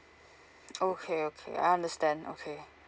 okay okay I understand okay